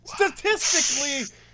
statistically